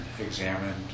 examined